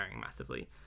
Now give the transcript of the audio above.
massively